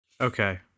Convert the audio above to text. Okay